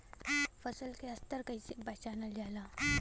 फसल के स्तर के कइसी पहचानल जाला